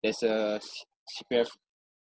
there's a C~ C_P_F